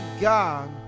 God